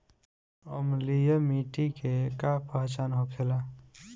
अम्लीय मिट्टी के का पहचान होखेला?